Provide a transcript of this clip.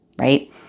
right